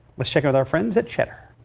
let's check out our friends at cheddar.